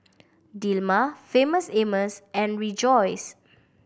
Dilmah Famous Amos and Rejoice